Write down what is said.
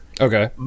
Okay